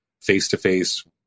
face-to-face